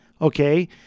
Okay